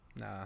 Nah